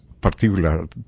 particular